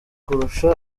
kurusha